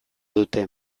dute